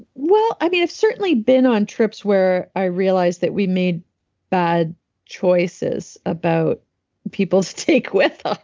well, i mean, i've certainly been on trips where i realized that we made bad choices about people to take with us